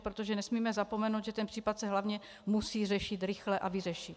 Protože nesmíme zapomenout, že ten případ se hlavně musí řešit rychle a vyřešit.